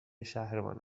شهرمان